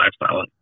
lifestyle